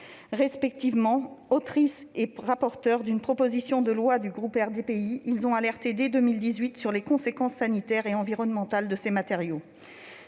respectivement autrice et rapporteur d'une proposition de loi du groupe RDPI : ils ont alerté dès 2018 sur les conséquences sanitaires et environnementales de l'utilisation